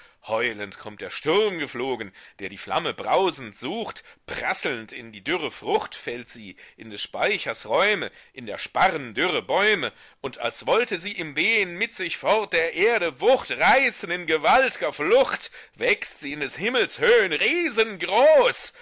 heulend kommt der sturm geflogen der die flamme brausend sucht prasselnd in die dürre frucht fällt sie in des speichers räume in der sparren dürre bäume und als wollte sie im wehen mit sich fort der erde wucht reißen in gewaltger flucht wächst sie in des himmels höhen riesengroß